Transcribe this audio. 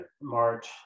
March